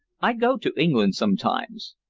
i go to england sometimes.